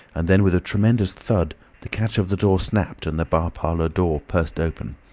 and then with a tremendous thud the catch of the door snapped and the bar-parlour door burst open.